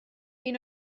you